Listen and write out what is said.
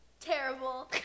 Terrible